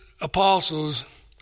apostles